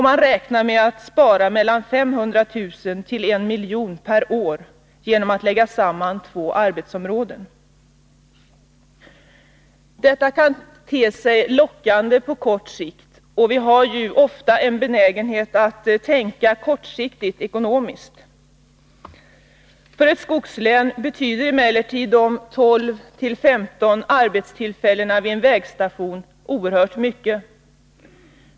Man räknar med att spara mellan 500 000 och 1 000 000 kr. per år genom att lägga samman två arbetsområden. Detta kan te sig lockande på kort sikt, och vi har ju ofta en benägenhet att tänka kortsiktigt ekonomiskt. För ett skogslän betyder emellertid de 12 till 15 arbetstillfällena vid en vägstation oerhört mycket.